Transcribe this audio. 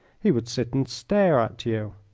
he would sit and stare at you.